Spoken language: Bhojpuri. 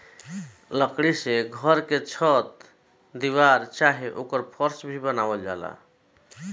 लकड़ी से घर के छत दीवार चाहे ओकर फर्स भी बनावल जाला